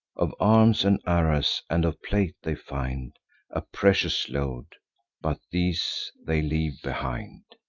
of arms, and arras, and of plate, they find a precious load but these they leave behind.